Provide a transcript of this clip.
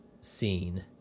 scene